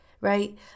right